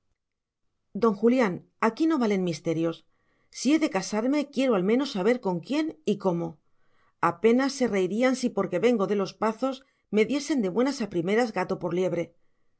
don julián aquí no valen misterios si he de casarme quiero al menos saber con quién y cómo apenas se reirían si porque vengo de los pazos me diesen de buenas a primeras gato por liebre